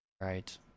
Right